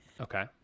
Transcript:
okay